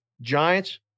Giants